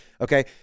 Okay